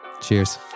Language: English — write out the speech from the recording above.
cheers